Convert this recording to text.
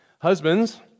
Husbands